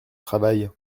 travail